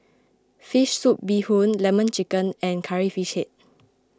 Fish Soup Bee Hoon Lemon Chicken and Curry Fish Head